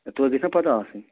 توتہِ گژھنَہ پَتَہ آسٕنۍ